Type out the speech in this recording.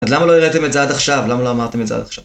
אז למה לא הראיתם את זה עד עכשיו? למה לא אמרתם את זה עד עכשיו?